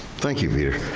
thank you, peter.